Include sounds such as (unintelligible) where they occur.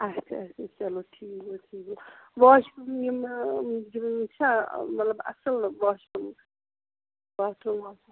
اَچھا اَچھا چَلو ٹھیٖک گوٚو ٹھیٖک گوٚو واش یِمہٕ (unintelligible) چھا مطلب اَصٕل واش روٗم باتھ روٗم (unintelligible)